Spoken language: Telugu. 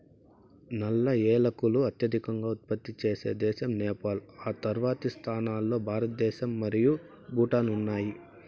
నల్ల ఏలకులు అత్యధికంగా ఉత్పత్తి చేసే దేశం నేపాల్, ఆ తర్వాతి స్థానాల్లో భారతదేశం మరియు భూటాన్ ఉన్నాయి